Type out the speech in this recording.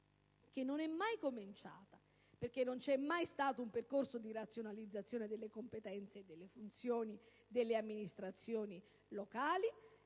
che non è mai cominciata perché non c'è mai stato un percorso di razionalizzazione delle competenze e delle funzioni delle amministrazioni locali,